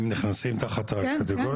הם נכנסים תחת הקטגוריה הזאת?